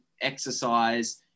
exercise